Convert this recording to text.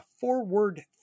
forward